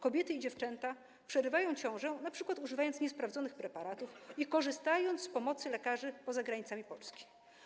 Kobiety i dziewczęta przerywają ciążę, np. używając niesprawdzonych preparatów i korzystając z pomocy lekarzy poza granicami Polski.